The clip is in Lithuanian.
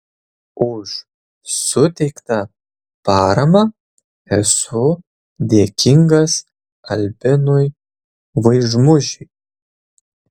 už suteiktą paramą esu dėkingas albinui vaižmužiui